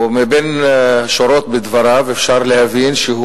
או מבין השורות בדבריו אפשר להבין שהוא